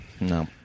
no